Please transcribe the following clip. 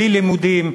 בלי לימודים,